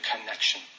connection